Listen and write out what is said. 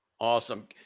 Awesome